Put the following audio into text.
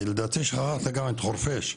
כי לדעתי שכחת גם את חורפיש.